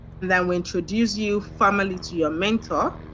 then we introduce you formally to your mentor.